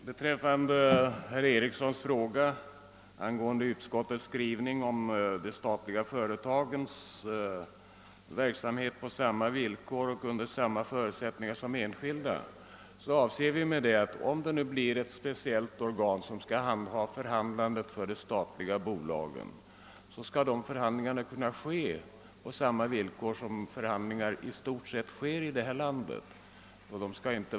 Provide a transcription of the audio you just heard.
Herr talman! På herr Ericsons i Örebro fråga angående utskottets skrivning om de statliga företagens verksamhet »på samma villkor och under samma förutsättningar som enskilda företag» vill jag svara, att vi därmed avser att om det skapas ett speciellt organ, som skall handha förhandlandet för de statliga bolagen, skall dessa förhanlingar kunna äga rum på samma villkor som förhandlingar i allmänhet här i landet.